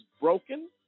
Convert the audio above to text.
broken